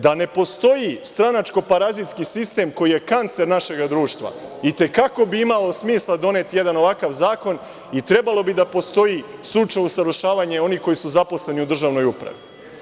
Da ne postoji stranačko-parazitski sistem koji je kancer našeg društva, i te kako bi imalo smisla doneti jedan ovakav zakon i trebalo bi da postoji stručno usavršavanje onih koji su zaposleni u državnoj upravi.